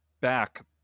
back